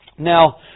Now